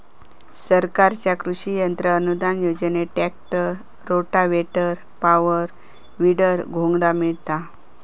सरकारच्या कृषि यंत्र अनुदान योजनेत ट्रॅक्टर, रोटावेटर, पॉवर, वीडर, घोंगडा मिळता